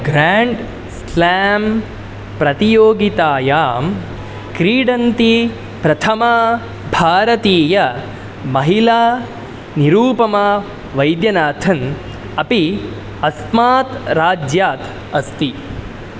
grand slam प्रतियोगितायां क्रीडन्ति प्रथमा भारतीयमहिला निरुपमा वैद्यनाथन् अपि अस्मात् राज्यात् अस्ति